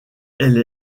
elle